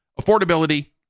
affordability